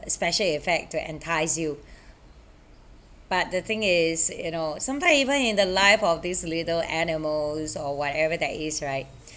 special effect to entice you but the thing is you know some time even in the life of these little animals or whatever that is right